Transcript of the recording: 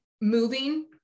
Moving